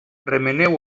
remeneu